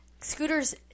Scooter's